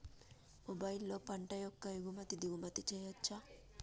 మొబైల్లో పంట యొక్క ఎగుమతి దిగుమతి చెయ్యచ్చా?